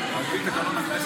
ארי.